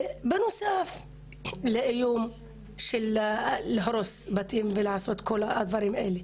וזה בנוסף לאיום של הריסת הבתים וכל הדברים האלה,